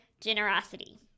generosity